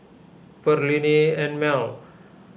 Perllini and Mel